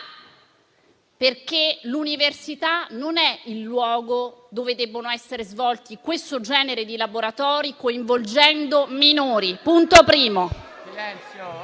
perché l'università non è il luogo dove debbono essere svolti questo genere di laboratori, coinvolgendo minori.